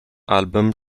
album